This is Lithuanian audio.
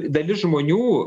dalis žmonių